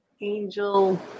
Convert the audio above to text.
angel